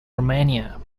romania